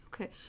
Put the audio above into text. Okay